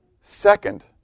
second